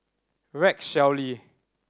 Rex Shelley